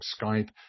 Skype